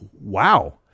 wow